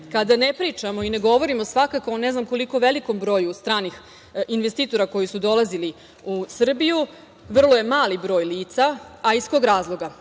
kada ne pričamo i ne govorimo svakako o ne znam koliko velikom broju stranih investitora koji su dolazili u Srbiju, vrlo je mali broj lica, a iz kog razloga. Iz